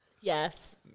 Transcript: Yes